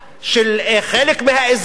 של חלק מהאזור,